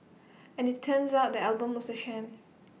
as IT turns out the album was A sham